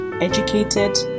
educated